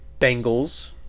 Bengals